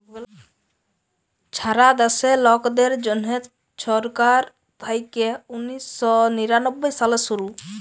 ছারা দ্যাশে লকদের জ্যনহে ছরকার থ্যাইকে উনিশ শ নিরানব্বই সালে শুরু